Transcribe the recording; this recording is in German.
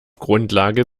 grundlage